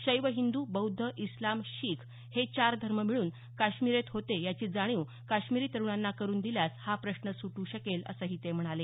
शैव हिंदू बौद्ध इस्लाम शीख हे चार धर्म मिळून काश्मीरीयत होते याची जाणीव कश्मीरी तरूणांना करून दिल्यास हा प्रश्न सुटू शकेल असं ते म्हणाले